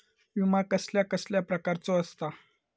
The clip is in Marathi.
विमा कसल्या कसल्या प्रकारचो असता?